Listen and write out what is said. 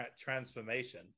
transformation